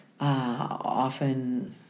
often